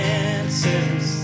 answers